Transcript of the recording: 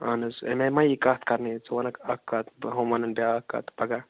اَہَن حظ اَمہِ آیہِ ما یِیہِ کَتھ کَرنہٕ ژٕ وَنکھ اکھ کَتھ ہُم وَنن بیٛاکھ کَتھ پگاہ